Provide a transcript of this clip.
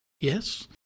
Yes